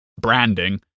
branding